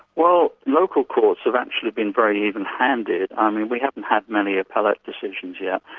well, local courts have actually been very even-handed. i mean, we haven't had many appellate decisions yet,